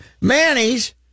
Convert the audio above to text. Manny's